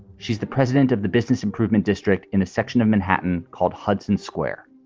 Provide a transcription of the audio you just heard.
she's the president of the business improvement district in a section of manhattan called hudson square